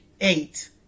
Eight